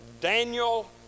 Daniel